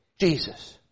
Jesus